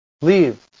Leave